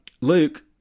Luke